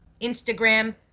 instagram